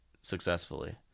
successfully